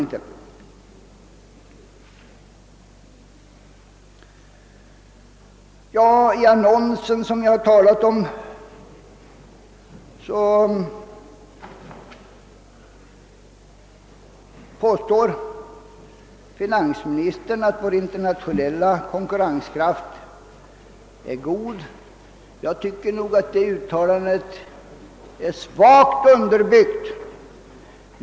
I den annons jag tidigare talat om påstår finansministern att vår internationella konkurrenskraft är god. Jag tycker att det uttalandet är svagt underbyggt.